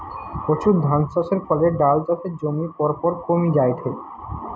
প্রচুর ধানচাষের ফলে ডাল চাষের জমি পরপর কমি জায়ঠে